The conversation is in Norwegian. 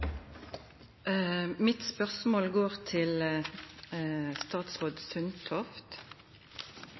Mitt spørsmål går til statsråd Sundtoft.